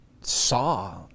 saw